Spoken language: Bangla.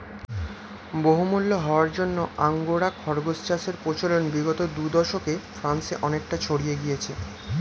বহুমূল্য হওয়ার জন্য আঙ্গোরা খরগোশ চাষের প্রচলন বিগত দু দশকে ফ্রান্সে অনেকটা ছড়িয়ে গিয়েছে